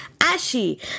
Ashy